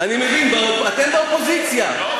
אני מבין, אתם באופוזיציה.